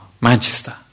Manchester